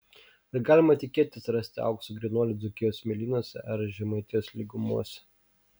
ar galima tikėtis rasti aukso grynuolį dzūkijos smėlynuose ar žemaitijos lygumose